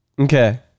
okay